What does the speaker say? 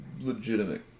legitimate